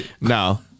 No